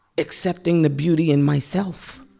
accepting the beauty in myself,